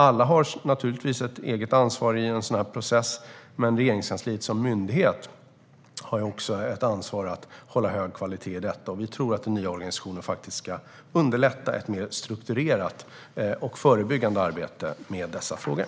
Alla har naturligtvis ett eget ansvar i en sådan här process, men Regeringskansliet som myndighet har också ett ansvar för att hålla hög kvalitet i detta. Vi tror att den nya organisationen kommer att underlätta ett mer strukturerat och förebyggande arbete med dessa frågor.